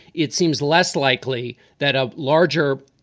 it seems less likely that a larger,